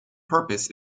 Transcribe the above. purpose